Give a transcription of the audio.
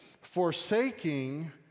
Forsaking